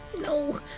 No